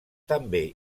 també